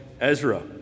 Ezra